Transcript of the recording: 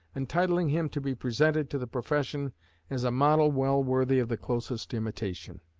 entitling him to be presented to the profession as a model well worthy of the closest imitation.